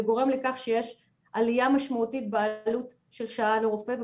גורם לכך שיש עלייה משמעותית בעלוש של שעה לרופא.